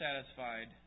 satisfied